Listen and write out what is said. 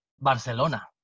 Barcelona